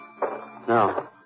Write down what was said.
No